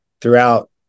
throughout